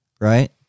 right